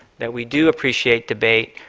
that we do appreciate debate,